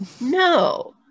no